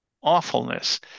awfulness